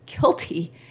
guilty